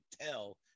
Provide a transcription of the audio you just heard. tell